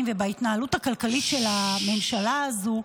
ובהתנהלות הכלכלית של הממשלה הזאת,